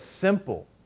simple